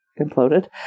imploded